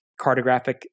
cartographic